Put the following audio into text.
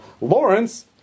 Lawrence